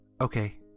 Okay